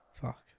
Fuck